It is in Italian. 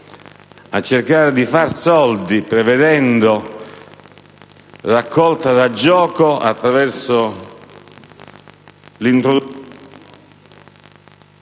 al tentativo di far soldi prevedendo raccolta da gioco attraverso l'introduzione